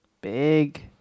Big